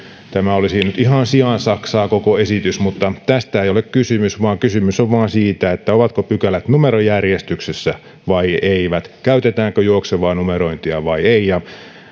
olisi nyt ihan siansaksaa koko esitys mutta tästä ei ole kysymys vaan kysymys on vain siitä ovatko pykälät numerojärjestyksessä vai eivät käytetäänkö juoksevaa numerointia vai ei